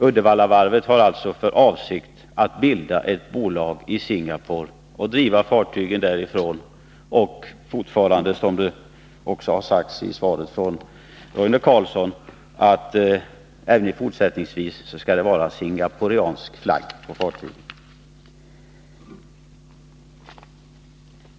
Uddevallavarvet har alltså för avsikt att bilda ett bolag i Singapore och driva fartygen därifrån — och, som det också har sagts i svaret från Roine Carlsson, det skall även i fortsättningen vara singaporiansk flagg på fartygen.